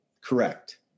Correct